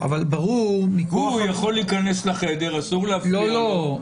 הוא יכול להיכנס לחדר, אסור להפריע לו,